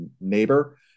neighbor